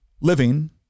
living